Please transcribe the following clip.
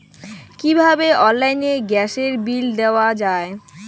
কিভাবে অনলাইনে গ্যাসের বিল দেওয়া যায়?